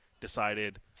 decided